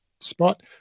spot